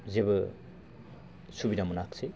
जेबो सुबिदा मोनाखिसै